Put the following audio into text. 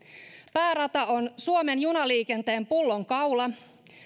päärata on suomen junaliikenteen pullonkaula